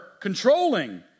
controlling